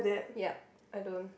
yup I don't